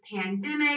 pandemic